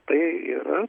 tai yra